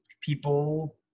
people